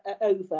over